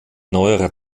neuerer